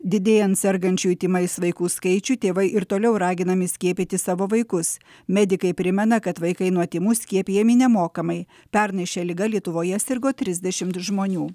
didėjant sergančiųjų tymais vaikų skaičiui tėvai ir toliau raginami skiepyti savo vaikus medikai primena kad vaikai nuo tymų skiepijami nemokamai pernai šia liga lietuvoje sirgo trisdešimt žmonių